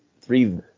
three